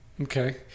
Okay